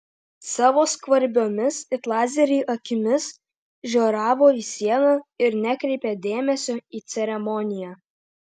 savo skvarbiomis it lazeriai akimis žioravo į sieną ir nekreipė dėmesio į ceremoniją